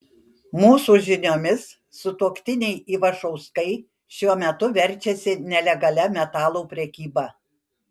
mūsų žiniomis sutuoktiniai ivašauskai šiuo metu verčiasi nelegalia metalų prekyba